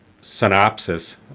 synopsis